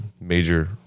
major